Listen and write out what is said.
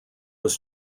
was